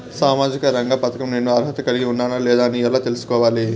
సామాజిక రంగ పథకం నేను అర్హత కలిగి ఉన్నానా లేదా అని ఎలా తెల్సుకోవాలి?